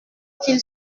qu’il